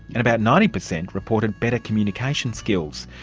and about ninety percent reported better communication skills,